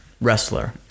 wrestler